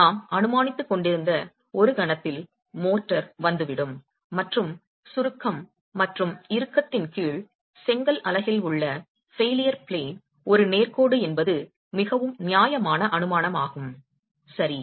நாம் அனுமானித்துக் கொண்டிருந்த ஒரு கணத்தில் மோர்டார் வந்துவிடும் மற்றும் சுருக்கம் மற்றும் இறுக்கத்தின் கீழ் செங்கல் அலகில் உள்ள ஃபெயிலியர் பிளேன் ஒரு நேர் கோடு என்பது மிகவும் நியாயமான அனுமானமாகும் சரி